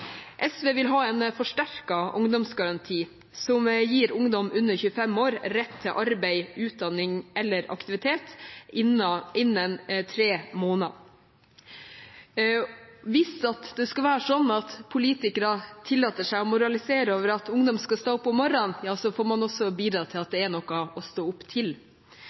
SV vil ha en forsterket ungdomsgaranti som gir ungdom under 25 år rett til arbeid, utdanning eller aktivitet innen tre måneder. Hvis det skal være slik at politikere tillater seg å moralisere over at ungdom skal stå opp om morgenen, ja så får man bidra til at det er noe å stå opp til.